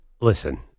Listen